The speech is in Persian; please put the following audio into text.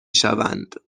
شوند